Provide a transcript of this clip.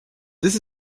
this